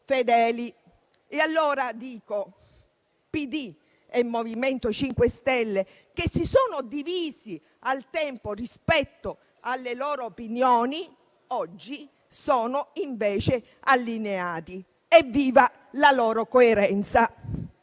E allora dico: PD e MoVimento 5 Stelle, che si sono divisi al tempo rispetto alle loro opinioni, oggi sono invece allineati. Evviva la loro coerenza.